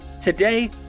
Today